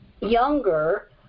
younger